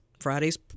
Friday's